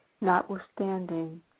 Notwithstanding